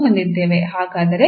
ಹಾಗಾದರೆ ಇದರ ಅರ್ಥವೇನು